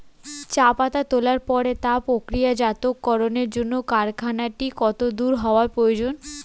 চা পাতা তোলার পরে তা প্রক্রিয়াজাতকরণের জন্য কারখানাটি কত দূর হওয়ার প্রয়োজন?